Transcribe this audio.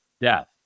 death